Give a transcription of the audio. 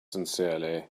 sincerely